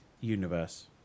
universe